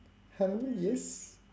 hello yes